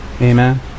Amen